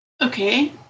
Okay